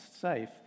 safe